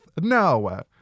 No